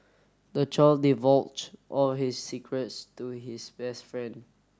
the child divulged all his secrets to his best friend